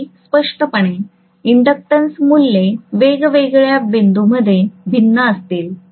अगदी स्पष्टपणे इंडक्टन्स मूल्ये वेगवेगळ्या बिंदूंमध्ये भिन्न असतील